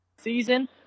season